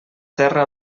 terra